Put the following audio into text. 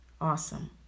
awesome